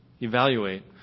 Evaluate